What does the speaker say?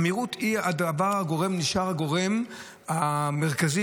המהירות נשארה הגורם המרכזי